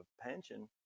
pension